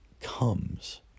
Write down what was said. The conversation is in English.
comes